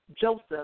Joseph